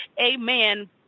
amen